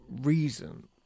reason